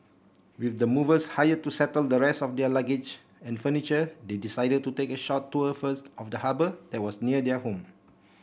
with the movers hired to settle the rest of their luggage and furniture they decided to take a short tour first of the harbour that was near their home